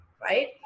right